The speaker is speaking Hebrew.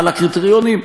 על הקריטריונים,